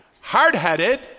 hard-headed